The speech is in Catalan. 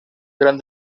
gran